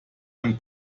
ein